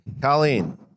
Colleen